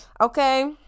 okay